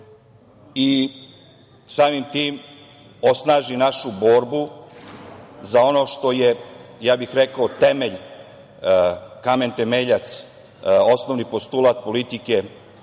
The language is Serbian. i samim tim osnaži našu borbu za ono što je, ja bih rekao, kamen temeljac, osnovni postulat politike i